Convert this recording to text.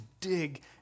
dig